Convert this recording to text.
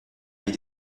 avis